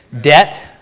Debt